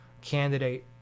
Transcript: candidate